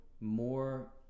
more